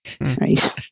Right